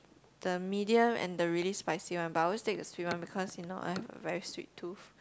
the medium and the really spicy one but I always take the sweet one because you know I have a very sweet tooth